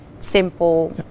simple